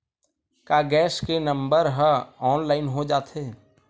का गैस के नंबर ह ऑनलाइन हो जाथे?